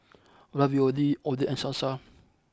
Ravioli Oden and Salsa